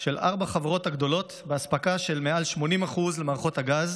של ארבע החברות הגדולות באספקה של מעל 80% למערכות הגז